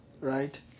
right